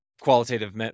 qualitative